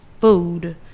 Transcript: food